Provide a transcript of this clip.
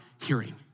hearing